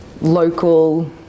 local